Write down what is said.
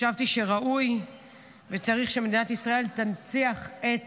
חשבתי שראוי וצריך שמדינת ישראל תנציח את